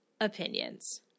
opinions